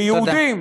ליהודים,